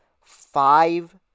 five